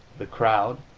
the crowd,